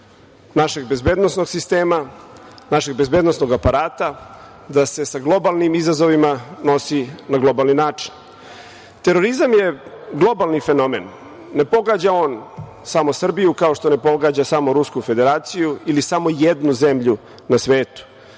našeg bezbednosnog sistema, našeg bezbednosnog aparata da se sa globalnim izazovima nosi na globalni način. Terorizam je globalni fenomen, ne pogađa on samo Srbiju, kao što ne pogađa samo Rusku Federaciju ili samo jednu zemlju na svetu.